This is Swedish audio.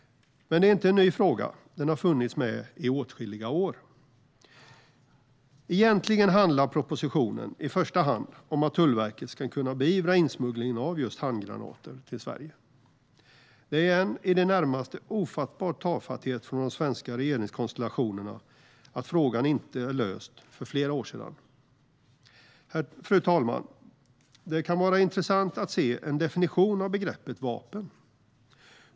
Detta är inte en ny fråga; den har funnits med i åtskilliga år. Propositionen handlar i första hand om att Tullverket ska kunna beivra insmuggling av just handgranater till Sverige. Det är en i det närmaste ofattbar tafatthet från de svenska regeringskonstellationerna som har gjort att frågan inte löstes för flera år sedan. Fru talman! Det kan vara intressant att se en definition av begreppet vapen.